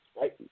right